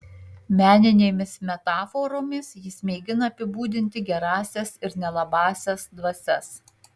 meninėmis metaforomis jis mėgina apibūdinti gerąsias ir nelabąsias dvasias